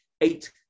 eight